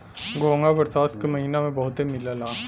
घोंघा बरसात के महिना में बहुते मिलला